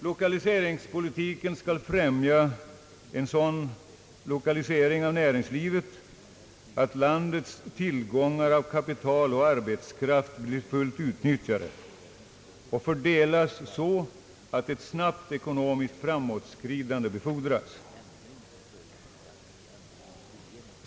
Lokaliseringspolitiken skall främja en sådan lokalisering av näringslivet att landets tillgångar av kapital och arbetskraft blir fullt utnyttjade och fördelas så, att ett snabbt ekonomiskt framåtskridande befordras.